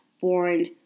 born